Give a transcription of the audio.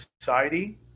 society